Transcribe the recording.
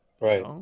right